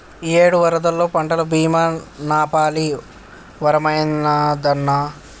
ఇయ్యేడు వరదల్లో పంటల బీమా నాపాలి వరమైనాదన్నా